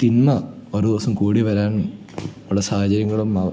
തിന്മ ഒരോ ദിവസം കൂടിവരാൻ ഉള്ള സാഹചര്യങ്ങളും